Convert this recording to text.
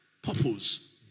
Purpose